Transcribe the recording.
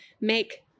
make